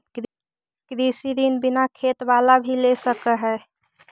कृषि ऋण बिना खेत बाला भी ले सक है?